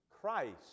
Christ